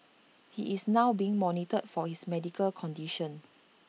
he is now being monitored for his medical condition